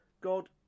God